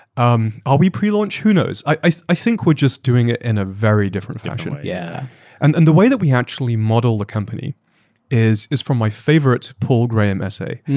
um ah are we pre-launch. who knows? i i think we're just doing it in a very different fashion. yeah and and the way that we actually model the company is is from my favorite paul graham essay,